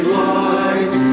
light